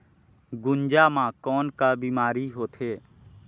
गुनजा मा कौन का बीमारी होथे?